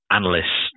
analysts